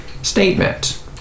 Statement